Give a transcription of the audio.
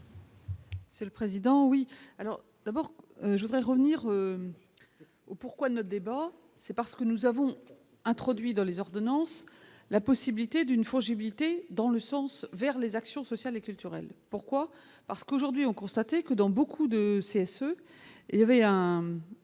C'est le président oui alors d'abord je voudrais revenir au pourquoi notre débat, c'est parce que nous avons introduit dans les ordonnances, la possibilité d'une fragilité dans le sens vers les actions sociales et culturelles, pourquoi, parce qu'aujourd'hui, ont constaté que dans beaucoup de c'est ce il y avait un